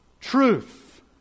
truth